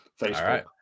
Facebook